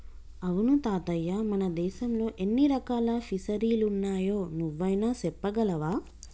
అవును తాతయ్య మన దేశంలో ఎన్ని రకాల ఫిసరీలున్నాయో నువ్వైనా సెప్పగలవా